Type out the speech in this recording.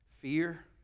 fear